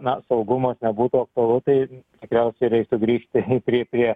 na saugumas nebūtų aktualu tai tikriausiai reiktų grįžti prie prie